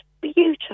beautiful